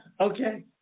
Okay